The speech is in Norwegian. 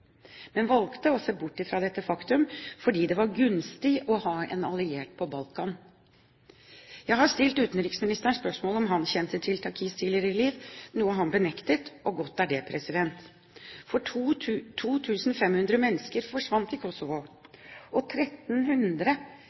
men man valgte å se bort fra dette faktum fordi det var gunstig å ha en alliert på Balkan. Jeg har stilt utenriksministeren spørsmål om hvorvidt han kjente til Thaçis tidligere liv, noe han benektet. Og godt er det. 2 500 mennesker forsvant i Kosovo, og